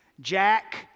Jack